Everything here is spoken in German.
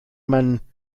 man